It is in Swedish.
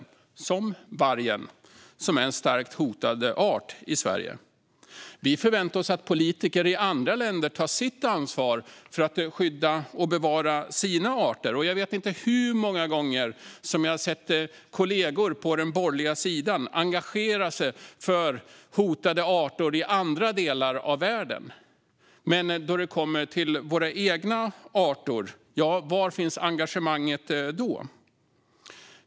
Ett exempel är vargen, som är en starkt hotad art i Sverige. Vi förväntar oss att politiker i andra länder tar sitt ansvar för att skydda och bevara sina arter. Jag vet inte hur många gånger jag har sett kollegor på den borgerliga sidan engagera sig för hotade arter i andra delar av världen. Men då det kommer till våra egna arter, var finns engagemanget då?